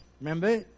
Remember